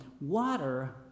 water